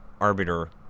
Arbiter